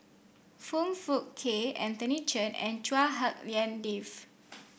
Foong Fook Kay Anthony Chen and Chua Hak Lien Dave